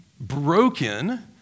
broken